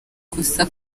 gusa